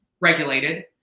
regulated